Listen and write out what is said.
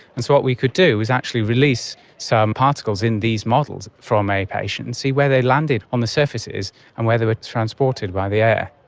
and so what we could do was actually release some particles in these models from a patient and see where they landed on the surfaces and where they were transported by the air.